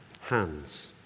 hands